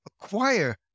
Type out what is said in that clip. acquire